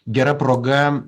gera proga